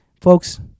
Folks